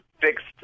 fixed